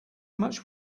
much